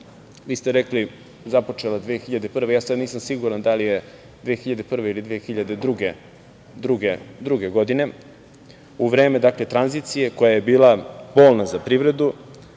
vi ste rekli, započela 2001. godine, ja sada nisam siguran da li je 2001. ili 2002. godine, u vreme tranzicije koja je bila bolna za privredu,